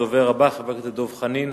הדובר הבא, חבר הכנסת דב חנין,